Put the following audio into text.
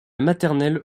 maternelle